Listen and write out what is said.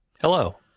hello